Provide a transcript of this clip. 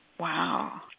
Wow